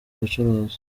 bucuruzi